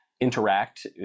interact